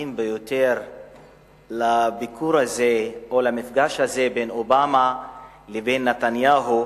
המתאים ביותר לביקור הזה או למפגש הזה בין אובמה ובין נתניהו